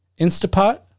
Instapot